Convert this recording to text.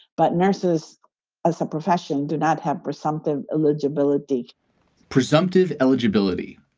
but nurses as a profession do not have presumptive eligibility presumptive eligibility.